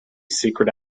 secret